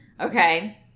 okay